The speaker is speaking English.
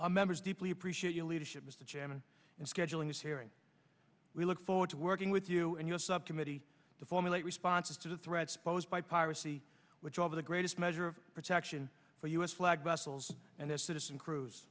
our members deeply appreciate your leadership mr chairman and scheduling this hearing we look forward to working with you and your subcommittee to formulate responses to the threats posed by piracy which of the greatest measure of protection for u s flag vessels and their citizen cr